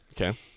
Okay